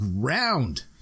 ground